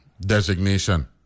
designation